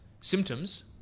symptoms